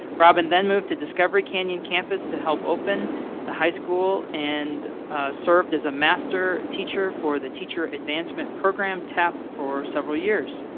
robin then moved to discovery canyon campus to help open the high school and served as a master teacher for the teacher advancement program, tap, for several years.